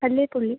Kalleppully